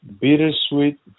Bittersweet